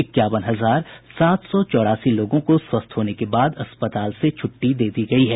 इक्यावन हजार सात सौ चौरासी लोगों को स्वस्थ होने के बाद अस्पताल से छुट्टी दे दी गयी है